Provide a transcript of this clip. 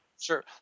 Sure